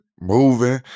moving